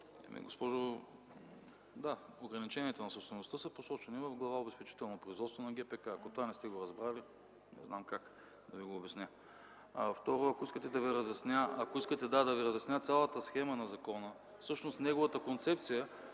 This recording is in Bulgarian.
АНАСТАСОВ: Да, ограниченията на собствеността са посочени в Глава „Обезпечително производство” на ГПК, ако това не сте го разбрали, не знам как да Ви го обясня. (Реплики от КБ.) Второ, ако искате да Ви разясня цялата схема на закона, всъщност неговата концепция...